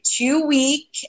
two-week